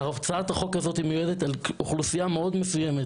הצעת החוק הזאת מיועדת לאוכלוסייה מאוד מסוימת